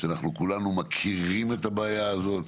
שאנחנו כולנו מכירים את הבעיה הזאת.